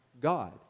God